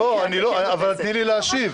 אבל תני לי להשיב.